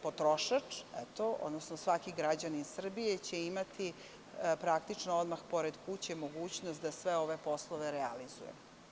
Potrošač, svaki građanin Srbije će imati praktično, odmah pored kuće mogućnost da sve ove poslove realizuje.